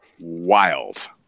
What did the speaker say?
wild